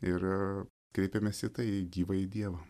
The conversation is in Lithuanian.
ir kreipiamės į tai į gyvąjį dievą